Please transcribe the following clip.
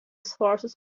esforços